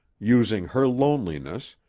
using her loneliness,